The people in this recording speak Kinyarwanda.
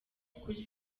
kuri